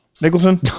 Nicholson